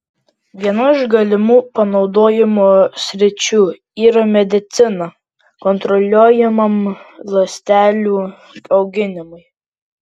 viena iš galimų panaudojimo sričių yra medicina kontroliuojamam ląstelių auginimui